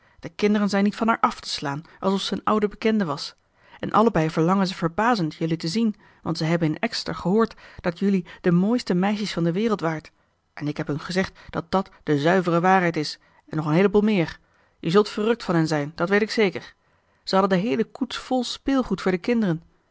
de kinderen zijn niet van haar af te slaan alsof ze een oude bekende was en allebei verlangen ze verbazend jelui te zien want ze hebben in exeter gehoord dat jelui de mooiste meisjes van de wereld waart en ik heb hun gezegd dat dat de zuivere waarheid is en nog een heeleboel meer je zult verrukt van hen zijn dat weet ik zeker ze hadden de heele koets vol speelgoed voor de kinderen